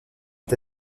est